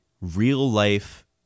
real-life